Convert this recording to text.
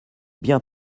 bien